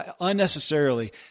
unnecessarily